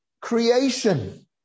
creation